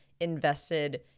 invested